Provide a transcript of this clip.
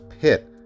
pit